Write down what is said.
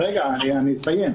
אסיים.